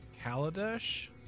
Kaladesh